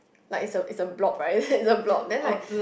like is a is a blob right it's it's a blob then like